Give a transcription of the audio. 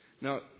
Now